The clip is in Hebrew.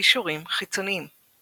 קישורים חיצוניים